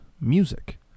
music